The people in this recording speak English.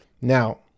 Now